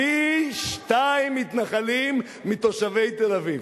פי-שניים מתנחלים מתושבי תל-אביב.